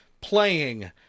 playing